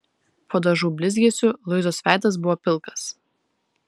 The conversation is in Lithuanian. po dažų blizgesiu luizos veidas buvo pilkas